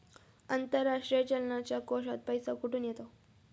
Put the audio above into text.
आंतरराष्ट्रीय चलनाच्या कोशात पैसा कुठून येतो?